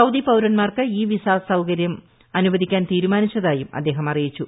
Saudi പൌര്ൻമാർക്ക് e visa സൌകര്യം അനുവദിക്കാൻ തീരുമാനിച്ചതായും അദ്ദേഹം അറിയിച്ചു